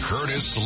Curtis